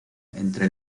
entre